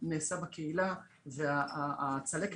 המינהליים: זה ברמה של חקיקה ממשלתית כמו שהגיעה עכשיו באלימות בספורט?